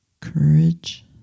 courage